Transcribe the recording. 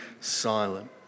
silent